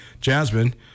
Jasmine